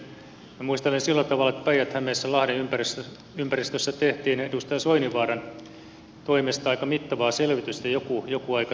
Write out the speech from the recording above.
muistelen sillä tavalla että päijät hämeessä lahden ympäristössä tehtiin edustaja soininvaaran toimesta aika mittavaa selvitystä joku aika taaksepäin